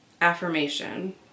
affirmation